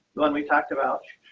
when we talked about